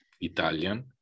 Italian